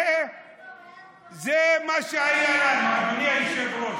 זה מה שהיה לנו, אדוני היושב-ראש.